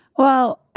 well,